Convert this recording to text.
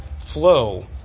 flow